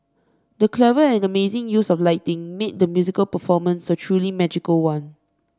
the clever and amazing use of lighting made the musical performance a truly magical one